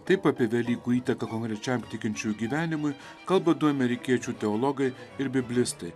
taip apie velykų įtaką konkrečiam tikinčiųjų gyvenimui kalba du amerikiečių teologai ir biblistai